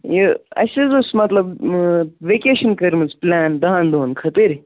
یہِ اَسہِ حظ اوس مطلب ویکیشَن کٔرمٕژ پُلین دَہَن دۄہَن خٲطر